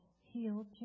healed